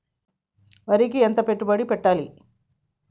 వరికి ఎంత పెట్టుబడి పెట్టాలి?